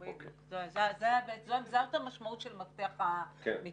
זאת המשמעות של מפתח המיטות.